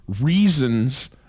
reasons